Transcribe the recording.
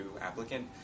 applicant